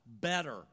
better